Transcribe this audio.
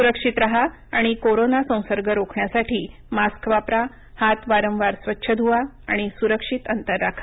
सुरक्षित राहा आणि कोरोना संसर्ग रोखण्यासाठी मास्क वापरा हात वारंवार स्वच्छ धुवा आणि सुरक्षित अंतर राखा